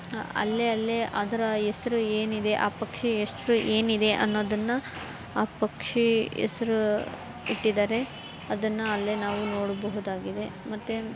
ಅಲ್ಲೇ ಅಲ್ಲೇ ಅದರ ಹೆಸ್ರು ಏನಿದೆ ಆ ಪಕ್ಷಿ ಹೆಸ್ರು ಏನಿದೆ ಅನ್ನೋದನ್ನು ಆ ಪಕ್ಷಿ ಹೆಸ್ರು ಇಟ್ಟಿದ್ದಾರೆ ಅದನ್ನು ಅಲ್ಲೇ ನಾವು ನೋಡಬಹುದಾಗಿದೆ ಮತ್ತು